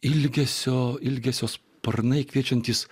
ilgesio ilgesio sparnai kviečiantys